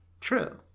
True